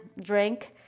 drink